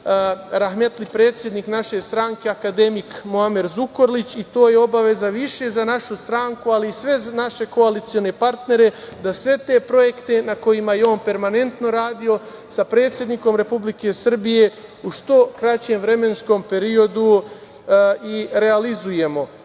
rahmetli predsednik naše stranke akademik Muamer Zukorlić i to je obaveza više za našu stranku, ali i za sve naše koalicione partnere da sve te projekte na kojima je on permanentno radio sa predsednikom Republike Srbije u što kraćem vremenskom periodu i realizujemo. Ono